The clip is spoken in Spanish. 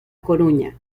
coruña